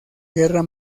guerra